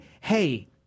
hey